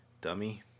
dummy